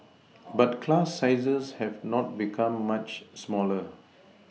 but class sizes have not become much smaller